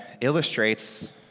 illustrates